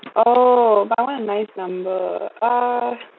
oh but I want a nice number uh